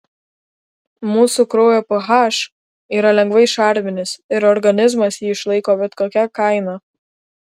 mūsų kraujo ph yra lengvai šarminis ir organizmas jį išlaiko bet kokia kaina